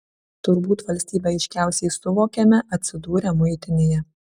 turbūt valstybę aiškiausiai suvokiame atsidūrę muitinėje